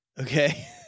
Okay